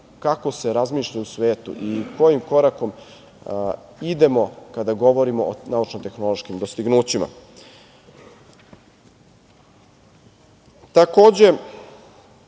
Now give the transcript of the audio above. kako se razmišlja u svetu i kojim korakom idemo kada govorimo o naučno-tehnološkim dostignućima. Takođe,